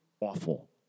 awful